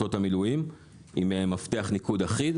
ומשרתות המילואים עם מפתח ניקוד אחיד